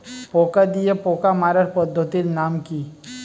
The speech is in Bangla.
পোকা দিয়ে পোকা মারার পদ্ধতির নাম কি?